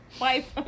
Wife